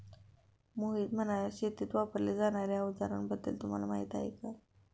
मोहित म्हणाला, शेतीत वापरल्या जाणार्या अवजारांबद्दल तुम्हाला माहिती आहे का?